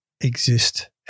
exist